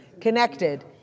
connected